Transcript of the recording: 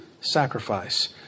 sacrifice